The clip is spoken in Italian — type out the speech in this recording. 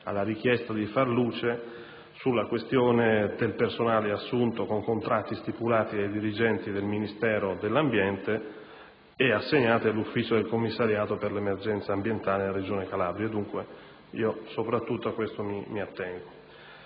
si chiedeva di far luce sulla questione del personale assunto con contratti stipulati dai dirigenti del Ministero dell'ambiente e assegnato all'ufficio del commissariato per l'emergenza ambientale nella Regione Calabria. Mi atterrò dunque soprattutto a questo argomento.